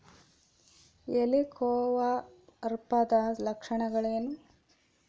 ಹೆಲಿಕೋವರ್ಪದ ಲಕ್ಷಣಗಳೇನು?